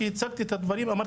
דברים: